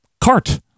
Cart